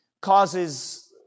causes